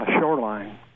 Shoreline